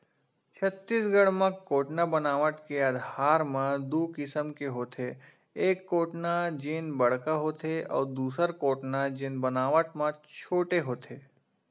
छत्तीसगढ़ म कोटना बनावट के आधार म दू किसम के होथे, एक कोटना जेन बड़का होथे अउ दूसर कोटना जेन बनावट म छोटे होथे